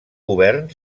govern